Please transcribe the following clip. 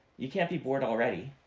you can't be bored already.